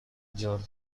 george